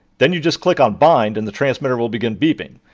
then you just click on bind and the transmitter will begin beeping.